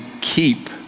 keep